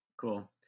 Cool